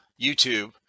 YouTube